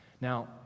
Now